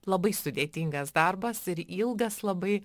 labai sudėtingas darbas ir ilgas labai